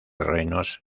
reinos